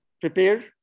prepare